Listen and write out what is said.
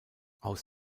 aus